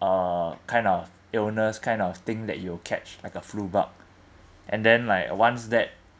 uh kind of illness kind of thing that you'll catch like a flu bug and then like once that